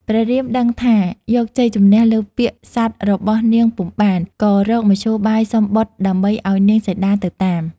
ព្រះរាមដឹងថា យកជ័យជម្នះលើពាក្យសត្យរបស់នាងពុំបាន ក៏រកមធ្យោបាយសុំបុត្រដើម្បីឱ្យនាងសីតាទៅតាម។